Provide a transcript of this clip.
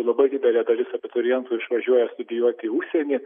labai didelė dalis abiturientų išvažiuoja studijuot į užsienį